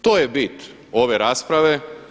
To je bit ove rasprave.